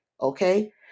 okay